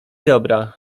dobra